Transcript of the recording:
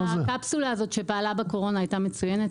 שהקפסולה הזאת שפעלה בקורונה הייתה מצוינת,